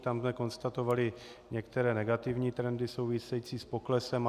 Tam jsme konstatovali některé negativní trendy související s poklesem.